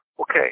Okay